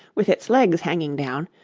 with its legs hanging down,